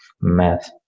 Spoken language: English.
math